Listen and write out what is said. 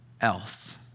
else